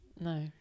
no